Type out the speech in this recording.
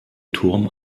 turm